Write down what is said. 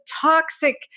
toxic